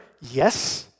Yes